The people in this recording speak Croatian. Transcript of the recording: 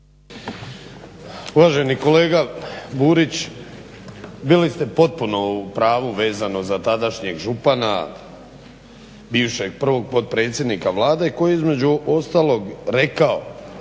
Uvaženi kolega Burić bili ste potpuno u pravu vezano za tadašnjeg župana, bivšeg prvog potpredsjednika Vlade koji je između ostalog rekao